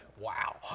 Wow